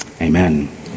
Amen